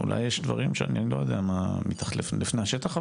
אולי יש דברים שאני לא יודע מתחת לפני השטח,